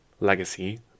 legacy